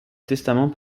testament